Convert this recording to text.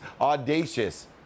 audacious